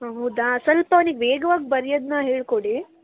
ಹ್ಞೂಂ ಹೌದಾ ಸ್ವಲ್ಪ ಅವ್ನಿಗೆ ವೇಗವಾಗ ಬರೆಯೋದನ್ನ ಹೇಳ್ಕೊಡಿ